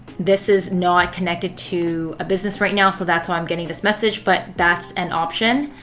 this is not connected to a business right now so that's why i am getting this message. but that's an option.